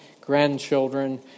grandchildren